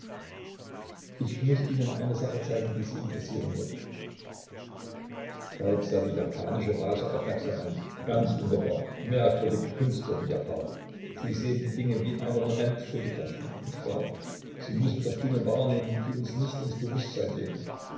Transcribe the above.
ich muß ihnen eine sache zeigen die sie interessieren wird falk sah die japanische vase aufmerksam an ganz wunderbar merkwürdige künstler die japaner sie sehen die dinge wie in einer momentphotographie nicht wahr sie müssen doch dinge wahrnehmen die uns nicht ins bewußtsein treten